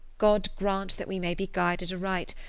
god grant that we may be guided aright,